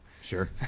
Sure